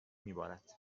میبارد